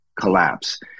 collapse